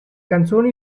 canzoni